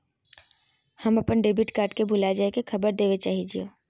हम अप्पन debit card के भुला जाये के खबर देवे चाहे हियो